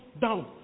down